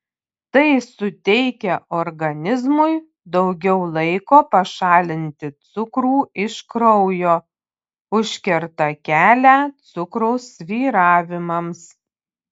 tai suteikia organizmui daugiau laiko pašalinti cukrų iš kraujo užkerta kelią cukraus svyravimams